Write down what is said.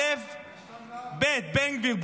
אל"ף, בי"ת, בן גביר.